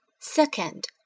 Second